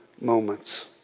moments